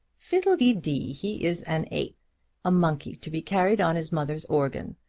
fiddle-de-dee. he is an ape a monkey to be carried on his mother's organ.